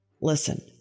listen